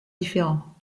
différents